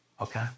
okay